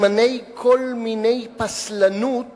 אלמלא כל מיני פסלנות